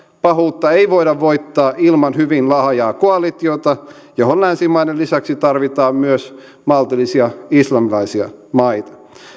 pahuutta ei voida voittaa ilman hyvin laajaa koalitiota johon länsimaiden lisäksi tarvitaan myös maltillisia islamilaisia maita